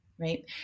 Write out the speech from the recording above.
right